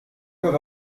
leur